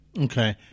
Okay